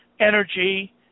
energy